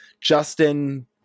justin